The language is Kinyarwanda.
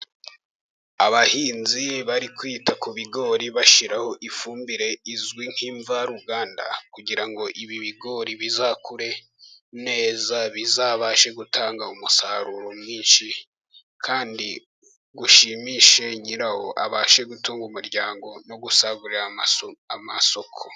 Abahinzi bari kwita ku bigori bashyiraho ifumbire izwi nk'imvaruganda, kugira ngo ibi bigori bizakure neza, bizabashe gutanga umusaruro mwinshi, kandi ushimishe nyirawo. Abashe gutunga umuryango no gusagurira amasoko.